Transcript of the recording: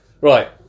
Right